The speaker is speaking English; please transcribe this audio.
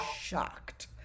shocked